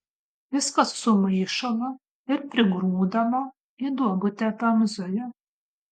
viskas sumaišoma ir prigrūdama į duobutę pemzoje